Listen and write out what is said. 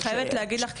אני חייבת להגיד לך,